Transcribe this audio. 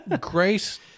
great